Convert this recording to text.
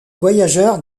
voyageurs